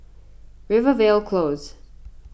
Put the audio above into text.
Rivervale Close